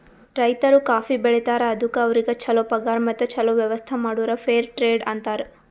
ರೈತರು ಕಾಫಿ ಬೆಳಿತಾರ್ ಅದುಕ್ ಅವ್ರಿಗ ಛಲೋ ಪಗಾರ್ ಮತ್ತ ಛಲೋ ವ್ಯವಸ್ಥ ಮಾಡುರ್ ಫೇರ್ ಟ್ರೇಡ್ ಅಂತಾರ್